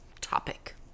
topic